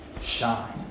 shine